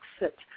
exit